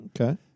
Okay